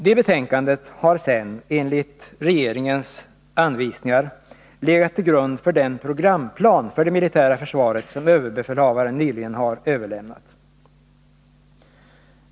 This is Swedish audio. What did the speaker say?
Det betänkandet har sedan enligt regeringens anvisningar legat till grund för den programplan för det militära försvaret som överbefälhavaren nyligen har överlämnat.